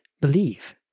believe